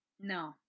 No